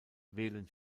wählen